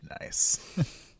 Nice